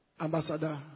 Ambassador